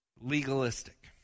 legalistic